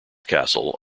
castle